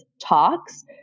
Talks